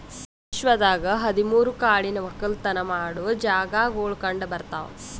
ವಿಶ್ವದಾಗ್ ಹದಿ ಮೂರು ಕಾಡಿನ ಒಕ್ಕಲತನ ಮಾಡೋ ಜಾಗಾಗೊಳ್ ಕಂಡ ಬರ್ತಾವ್